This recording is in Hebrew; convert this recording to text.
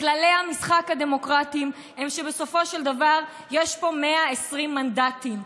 כללי המשחק הדמוקרטיים הם שבסופו של דבר יש פה 120 מנדטים,